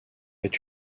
est